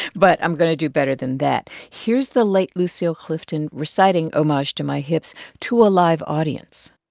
but i'm going to do better than that. here's the late lucille clifton reciting homage to my hips to a live audience